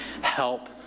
help